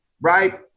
right